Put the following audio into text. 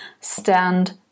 stand